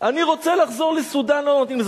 אני רוצה לחזור לסודן, לא נותנים לי.